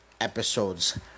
episodes